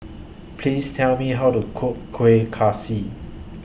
Please Tell Me How to Cook Kueh Kaswi